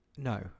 No